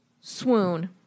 Swoon